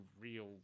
real